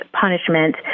punishment